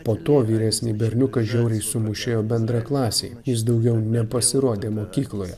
po to vyresnį berniuką žiauriai sumušė jo bendraklasiai jis daugiau nepasirodė mokykloje